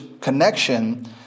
connection